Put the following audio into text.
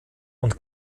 und